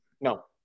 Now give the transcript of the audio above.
No